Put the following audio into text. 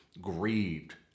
grieved